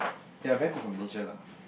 they're very good combination lah